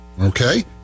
Okay